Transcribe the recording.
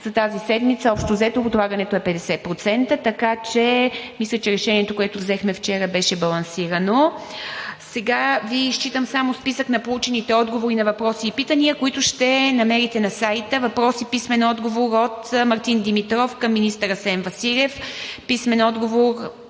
За тази седмица общо взето отлагането е 50%, така че мисля, че решението, което взехме вчера, беше балансирано. Сега Ви изчитам само списък на получените отговори на въпроси и питания, които ще намерите на сайта. Въпрос и писмен отговор от: - Мартин Димитров към служебния министър Асен Василев;